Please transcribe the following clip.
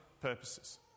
purposes